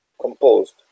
composed